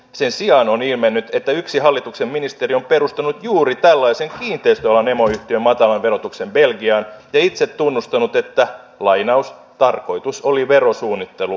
sen sijaan on ilmennyt että yksi hallituksen ministeri on perustanut juuri tällaisen kiinteistöalan emoyhtiön matalan verotuksen belgiaan ja itse tunnustanut että tarkoitus oli verosuunnittelu